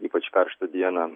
ypač karštą dieną